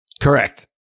Correct